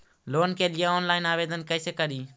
Loan के लिये online आवेदन कैसे करि?